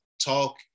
talk